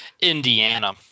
Indiana